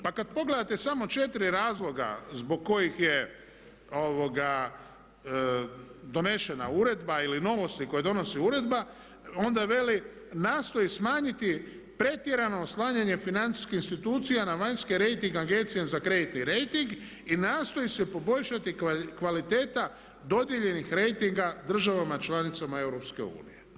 Pa kad pogledate samo 4 razloga zbog kojih je donesena uredba ili novosti koje donosi uredba onda veli nastoji smanjiti pretjerano oslanjanje financijskih institucija na vanjske rejting agencije za kreditni rejting i nastoji se poboljšati kvaliteta dodijeljenih rejtinga državama članicama EU.